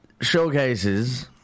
showcases